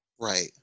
Right